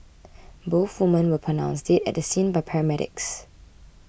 both women were pronounced dead at the scene by paramedics